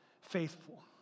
faithful